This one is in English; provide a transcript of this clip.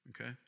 Okay